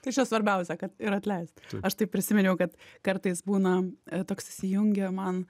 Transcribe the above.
tai čia svarbiausia kad ir atleist aš tai prisiminiau kad kartais būna toks įsijungia man